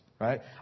right